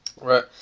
Right